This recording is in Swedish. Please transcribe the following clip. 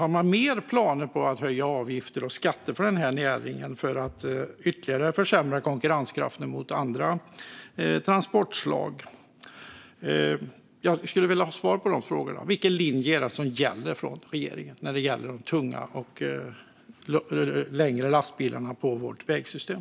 Har man ytterligare planer på att höja avgifter och skatter för denna näring för att ytterligare försämra konkurrenskraften gentemot andra transportslag? Jag skulle vilja ha svar på dessa frågor. Vilken linje är det som gäller från regeringen beträffande de tunga och längre lastbilarna i vårt vägsystem?